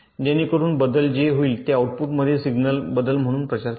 जेणेकरून बदल जे होईल ते आउटपुट मध्ये सिग्नल बदल म्हणून प्रचार केला